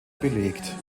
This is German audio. belegt